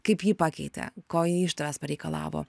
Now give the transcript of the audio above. kaip ji pakeitė ko ji iš tavęs pareikalavo